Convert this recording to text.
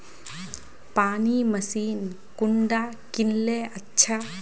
पानी मशीन कुंडा किनले अच्छा?